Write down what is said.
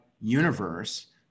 universe